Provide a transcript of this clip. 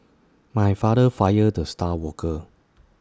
my father fired the star worker